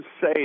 say